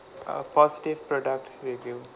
uh positive product review